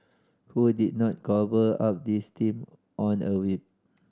who did not cobble up this team on a whim